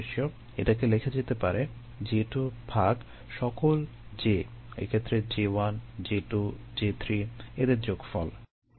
এটাকে লেখা যেতে পারে J2 ভাগ সকল J এক্ষেত্রে J1 J2 J3 এদের যোগফল এভাবে